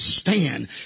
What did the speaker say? stand